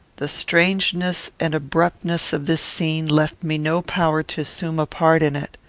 the strangeness and abruptness of this scene left me no power to assume a part in it.